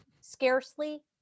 scarcely